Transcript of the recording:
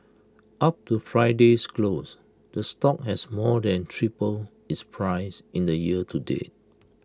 up to Friday's close the stock has more than tripled its price in the year to date